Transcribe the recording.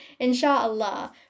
Insha'Allah